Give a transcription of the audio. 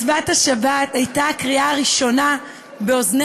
מצוות השבת הייתה הקריאה הראשונה באוזני